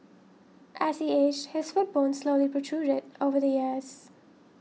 as he aged his foot bone slowly protruded over the years